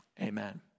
Amen